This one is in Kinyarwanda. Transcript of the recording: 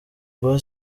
guha